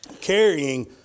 carrying